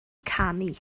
canu